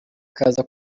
kaza